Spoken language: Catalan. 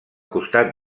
costat